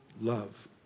love